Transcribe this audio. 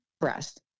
breast